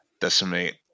decimate